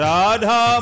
Radha